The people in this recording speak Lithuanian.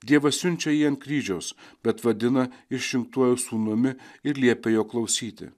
dievas siunčia jį ant kryžiaus bet vadina išrinktuoju sūnumi ir liepia jo klausyti